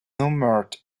numbered